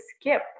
skip